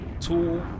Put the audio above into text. Two